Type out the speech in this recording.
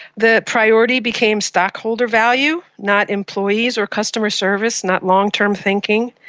the priority became stockholder value, not employees or customer service, not long-term thinking.